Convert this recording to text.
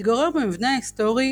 התגורר במבנה היסטורי